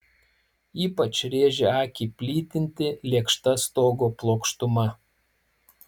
ypač rėžė akį plytinti lėkšta stogo plokštuma